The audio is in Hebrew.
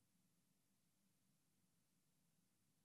של